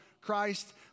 Christ